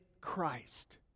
Christ